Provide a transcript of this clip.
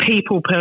people